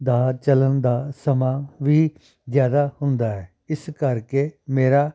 ਦਾ ਚਲਣ ਦਾ ਸਮਾਂ ਵੀ ਜ਼ਿਆਦਾ ਹੁੰਦਾ ਹੈ ਇਸ ਕਰਕੇ ਮੇਰਾ